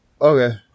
Okay